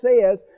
says